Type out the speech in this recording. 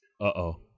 Uh-oh